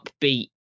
upbeat